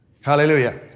Hallelujah